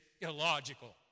illogical